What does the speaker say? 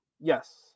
Yes